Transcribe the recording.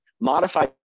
modified